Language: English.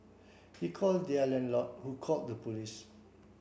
he called their landlord who called the police